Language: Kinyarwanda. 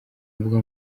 mbuga